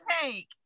take